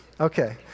okay